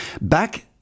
Back